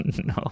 no